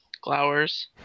glowers